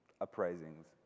uprisings